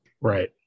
right